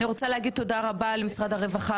אני רוצה להגיד תודה רבה למשרד הרווחה,